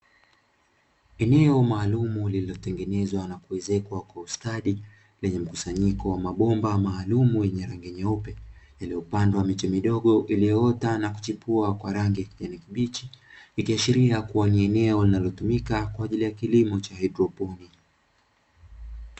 Eneo maalumu lililotengenezwa na kuwezekwa kwa ustadi lenye mkusanyiko wa mabomba maalumu yenye rangi nyeupe yaliyo pandwa miche midogo iliyoota na kuchepua kwa rangi ya kibichi ikiashiria kuwa eneo linalotumika kwa ajili ya kilimo cha haidroponi.